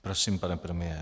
Prosím, pane premiére.